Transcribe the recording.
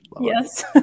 Yes